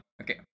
okay